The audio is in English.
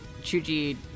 Chuji